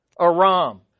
Aram